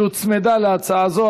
שהוצמדה להצעה זו,